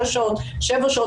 שבע שעות,